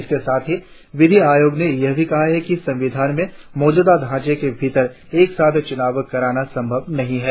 इसके साथ ही विधि आयोग ने यह भी कहा कि संविधान के मौजूदा ढांचे के भीतर एक साथ चूनाव कराना संभव नहीं है